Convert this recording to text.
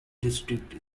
district